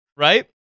Right